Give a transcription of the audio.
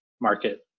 market